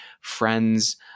friends